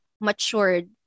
matured